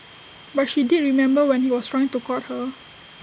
but she did remember when he was trying to court her